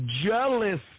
jealous